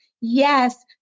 Yes